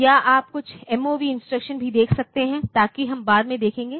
या आप कुछ MOV इंस्ट्रक्शन भी दे सकते हैं ताकि हम बाद में देखेंगे